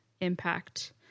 impact